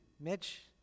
Mitch